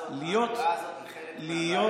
האמירה הזו היא חלק מהבעיה,